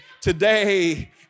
today